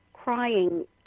crying